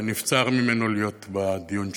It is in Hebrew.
ונבצר ממנו להיות בדיון שלנו.